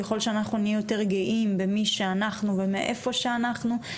ככול שאנחנו נהיה יותר גאים במי שאנחנו ומאיפה שאנחנו,